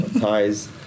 ties